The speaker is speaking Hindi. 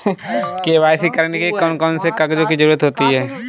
के.वाई.सी करने के लिए कौन कौन से कागजों की जरूरत होती है?